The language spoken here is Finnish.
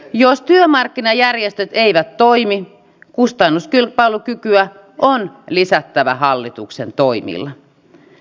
jos työmarkkinajärjestöt eivät toimi kustannuskilpailukykyä on lisättävä hallituksen toimilla